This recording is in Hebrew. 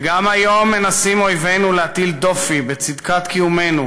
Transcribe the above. וגם היום מנסים אויבינו להטיל דופי בצדקת קיומנו